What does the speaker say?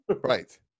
right